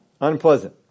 Unpleasant